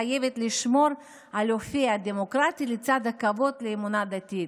חייבת לשמור על אופייה הדמוקרטי לצד הכבוד לאמונה דתית.